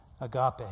agape